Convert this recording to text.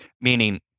meaning